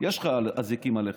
עוד יש לך אזיקים עליך.